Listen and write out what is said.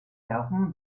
darum